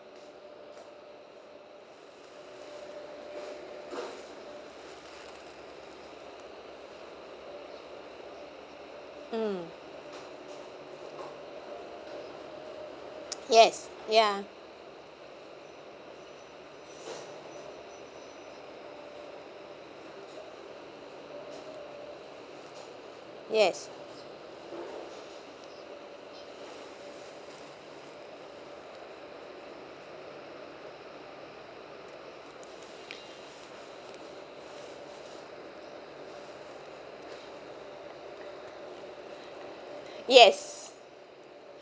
mm yes ya yes yes